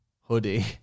hoodie